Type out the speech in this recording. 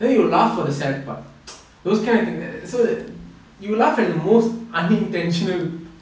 then you will laugh for the sad part those character so you laugh at the most unintentional